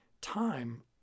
time